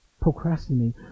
procrastinating